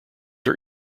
are